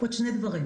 עוד שני דברים.